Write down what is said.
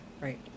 Right